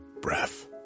breath